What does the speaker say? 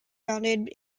founded